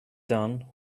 down